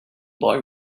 boy